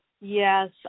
Yes